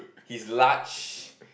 he is large